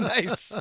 Nice